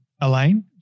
Elaine